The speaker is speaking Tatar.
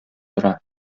тора